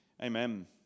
Amen